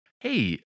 hey